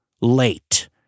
late